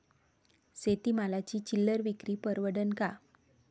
शेती मालाची चिल्लर विक्री परवडन का?